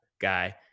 guy